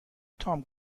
تام